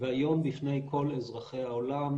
והיום בפני כל אזרחי העולם,